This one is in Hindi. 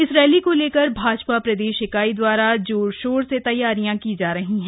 इस रैली को लेकर भाजपा प्रदेश इकाई द्वारा जोर शोर से तैयारियां की जा रही हैं